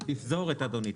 תפזורת, אדוני.